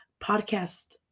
podcast